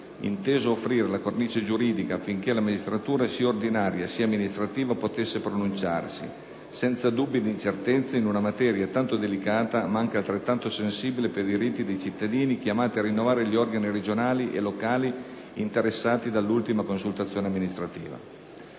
inteso offrire la cornice giuridica affinché la magistratura, sia ordinaria sia amministrativa, potesse pronunciarsi, senza dubbi ed incertezze, in una materia tanto delicata ma anche altrettanto sensibile per i diritti dei cittadini chiamati a rinnovare gli organi regionali e locali interessati dall'ultima consultazione amministrativa.